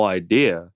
idea